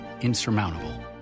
insurmountable